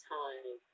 time